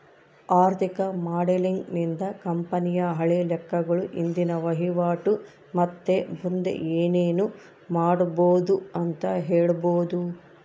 ಆರ್ಥಿಕ ಮಾಡೆಲಿಂಗ್ ನಿಂದ ಕಂಪನಿಯ ಹಳೆ ಲೆಕ್ಕಗಳು, ಇಂದಿನ ವಹಿವಾಟು ಮತ್ತೆ ಮುಂದೆ ಏನೆನು ಮಾಡಬೊದು ಅಂತ ಹೇಳಬೊದು